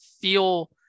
feel